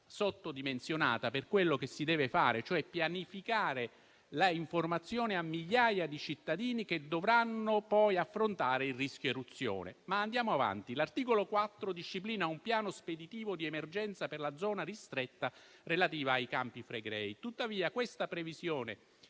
sottodimensionata rispetto a quello che si deve fare, cioè pianificare l'informazione di migliaia di cittadini che dovranno poi affrontare il rischio eruzione. Andiamo avanti: l'articolo 4 disciplina un piano speditivo di emergenza per la zona ristretta relativa ai Campi Flegrei. Tuttavia, questa previsione,